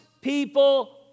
people